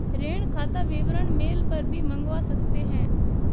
ऋण खाता विवरण मेल पर भी मंगवा सकते है